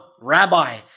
Rabbi